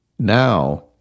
Now